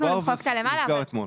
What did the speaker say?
זה דובר ונסגר אתמול.